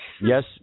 Yes